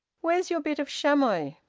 where's your bit of chamois?